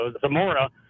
Zamora